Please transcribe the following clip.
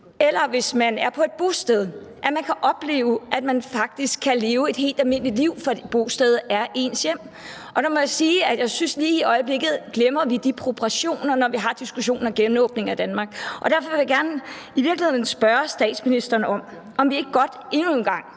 man, når man er på et bosted, kan opleve, at man faktisk kan leve et helt almindeligt liv, for et bosted er ens hjem. Og der må jeg sige, at jeg synes, at vi lige i øjeblikket glemmer de proportioner, når vi har diskussionen om genåbningen af Danmark. Og derfor vil jeg i virkeligheden gerne spørge statsministeren om, om vi ikke godt endnu en gang